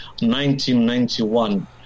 1991